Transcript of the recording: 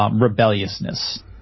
rebelliousness